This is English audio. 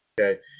Okay